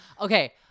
Okay